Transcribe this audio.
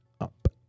up